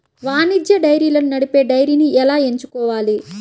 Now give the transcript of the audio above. వాణిజ్య డైరీలను నడిపే డైరీని ఎలా ఎంచుకోవాలి?